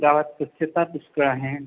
गावात स्वच्छता पुष्कळ आहे